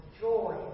joy